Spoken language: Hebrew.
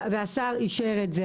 והשר אישר את זה.